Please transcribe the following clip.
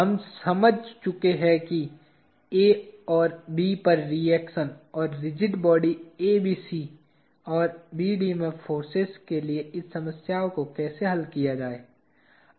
हम समझ चुके हैं कि A और B पर रिएक्शन और रिजिड बॉडी ABC और BD में फोर्सेज के लिए इस समस्या को कैसे हल किया जाए